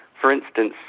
for instance,